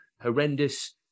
Horrendous